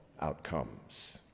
outcomes